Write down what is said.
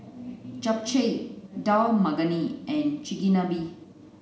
Japchae Dal Makhani and Chigenabe